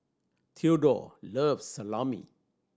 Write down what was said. Theodore loves Salami